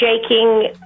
shaking